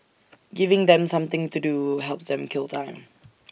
giving them something to do helps them kill time